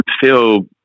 feel